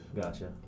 Gotcha